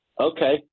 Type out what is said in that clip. okay